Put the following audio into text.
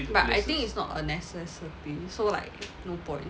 but I think it's not a necessity so like no point